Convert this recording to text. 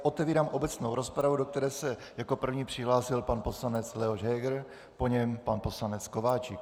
Otevírám obecnou rozpravu, do které se jako první přihlásil pan poslanec Leoš Heger, po něm pan poslanec Kováčik.